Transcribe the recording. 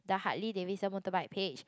the Harley Davidson motorbike page